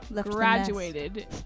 graduated